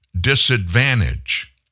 disadvantage